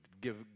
give